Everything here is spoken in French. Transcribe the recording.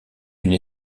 une